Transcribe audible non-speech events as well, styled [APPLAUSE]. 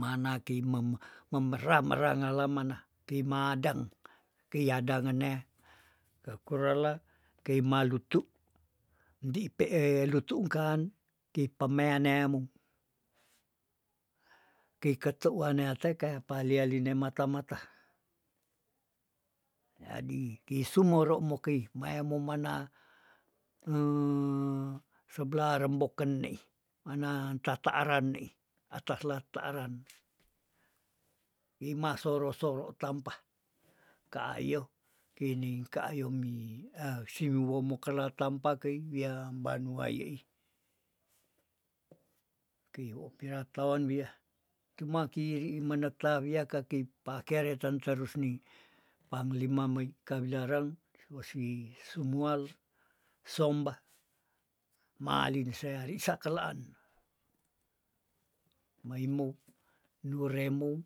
mana kei meme- memera mera ngele mana kei madang keiyadang ngenea kekurela kei malutu ndi pe eh lutu ungkan kei pemea neamou, kei ketu waneate kea pa lialine mata- mata, yadi kei sumoro mokei maya momana [HESITATION] seblah remboken neih mana tataaran neih ata sla taaran, kei ma soro- soro tampa ka aio keining ka aio mi [HESITATION] si wiwomo kelar tampa kei wiam banua yeih, kei wo pirataon wiah tuma keiri mentawia kakei pakeretan terusni panglima mei kawilarang suasi sumual sombah malin sealin sa kelaan, maimou, nuremou.